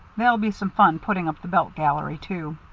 there'll be some fun putting up the belt gallery, too.